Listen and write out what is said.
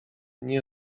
nie